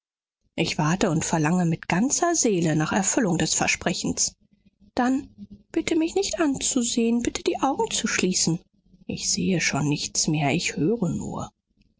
ich warte und verlange mit ganzer seele nach erfüllung des versprechens dann bitte mich nicht anzusehn bitte die augen zu schließen ich sehe schon nichts mehr ich höre nur